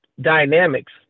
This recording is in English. dynamics